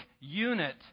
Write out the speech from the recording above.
unit